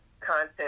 content